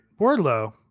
Wardlow